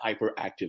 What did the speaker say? hyperactive